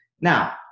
Now